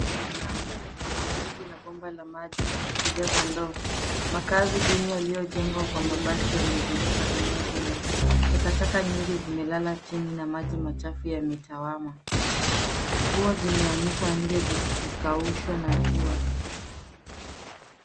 Mwanamke amesimama karibu na bomba la maji akijaza ndoo. Makazi duni yaliyojengwa kwa mabati yamezunguka eneo hilo. Takataka nyingi zimelala chini na maji machafu yametawama. Nguo zimeanikwa nje zikikaushwa na jua.